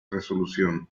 resolución